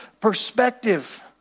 perspective